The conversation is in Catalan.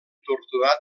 torturat